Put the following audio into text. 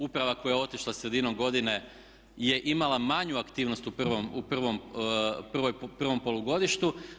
Uprava koja je otišla sredinom godine je imala manju aktivnost u prvom polugodištu.